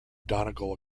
donegal